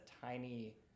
tiny